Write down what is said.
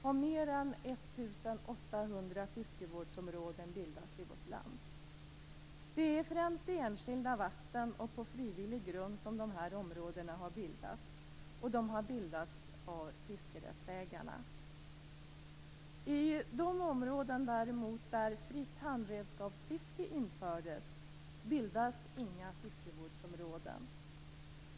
har mer än 1 800 fiskevårdsområden bildats i vårt land. Det är främst i enskilda vatten och på frivillig grund som dessa områden bildats av fiskerättsägarna. I de områden där fritt handredskapsfiske infördes bildas inga fiskevårdsområden.